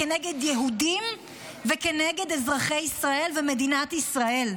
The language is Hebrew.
כנגד יהודים וכנגד אזרחי ישראל ומדינת ישראל.